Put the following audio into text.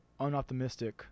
unoptimistic